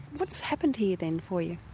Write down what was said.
what's happened here then for you?